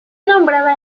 nombrada